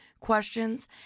questions